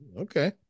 Okay